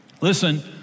Listen